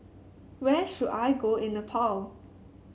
where should I go in Nepal